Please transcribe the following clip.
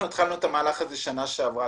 התחלנו את המהלך הזה שנה שעברה,